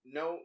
no